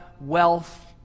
wealth